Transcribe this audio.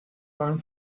one